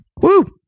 Woo